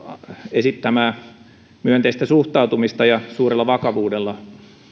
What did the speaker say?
esittämää myönteistä suhtautumista ja suurella vakavuudella